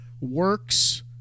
works